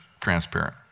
transparent